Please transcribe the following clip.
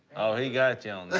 oh, he got ya on that.